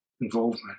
involvement